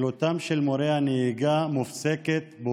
פעילותם של מורי הנהיגה באותה עיר מופסקת.